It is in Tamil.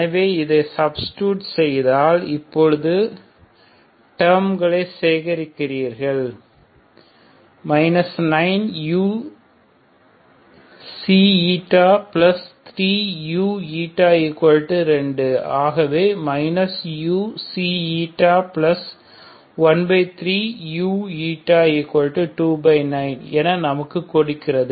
எனவே இதை சப்டிடியூட் செய்தால் இப்போது டேர்ம்களை சேகரிக்கிறது 9uξ η3u2 ஆகவே uξ η13u29 என நமக்கு கொடுக்கிறது